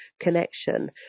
connection